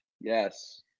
Yes